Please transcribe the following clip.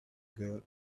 girl